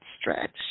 Stretch